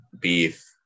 beef